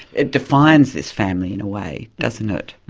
it defines this family, in a way, doesn't it?